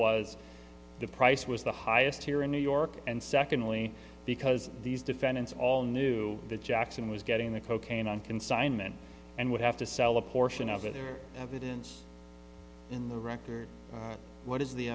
was the price was the highest here in new york and secondly because these defendants all knew that jackson was getting the cocaine on consignment and would have to sell a portion of their evidence in the record what is the